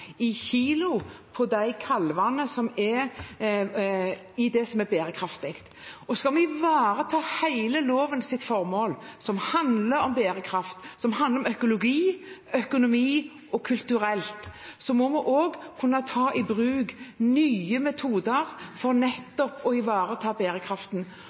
i kilo på de kalvene som er i bærekraftige områder. Skal vi ivareta hele lovens formål, som handler om bærekraft, og som handler om økologi, økonomi og kultur, må vi kunne ta i bruk nye metoder for nettopp å ivareta bærekraften.